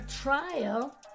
trial